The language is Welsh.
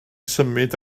symud